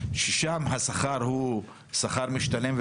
ששם השכר הוא שכר משתלם,